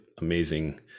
amazing